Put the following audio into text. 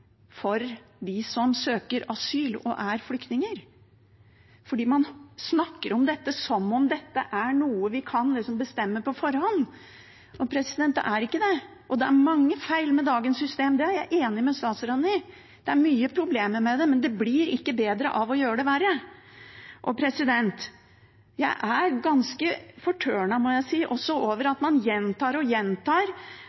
flyktninger. Man snakker om dette som om dette er noe vi kan bestemme på forhånd, men det er ikke det. Det er mange feil med dagens system, det er jeg enig med statsråden i. Det er mange problemer med det, men det blir ikke bedre av å gjøre det verre. Jeg er ganske fortørna, må jeg si, over